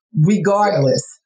regardless